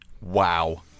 Wow